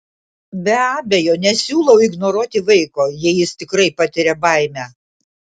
be abejo nesiūlau ignoruoti vaiko jei jis tikrai patiria baimę